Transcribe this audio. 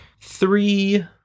three